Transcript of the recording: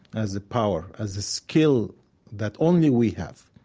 as a power, as a skill that only we have.